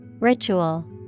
Ritual